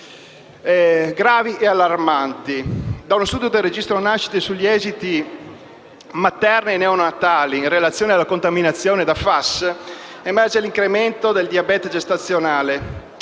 gravi e allarmanti.